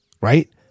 right